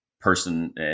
person